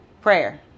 Prayer